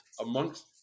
amongst